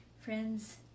Friends